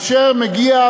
הגבוה,